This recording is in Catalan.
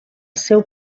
seu